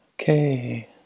okay